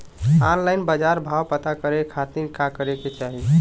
Online बाजार भाव पता करे के खाती का करे के चाही?